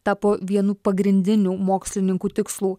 tapo vienu pagrindinių mokslininkų tikslų